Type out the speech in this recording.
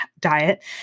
diet